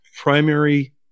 primary